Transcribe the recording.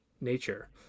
nature